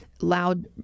loud